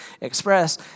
express